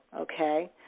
okay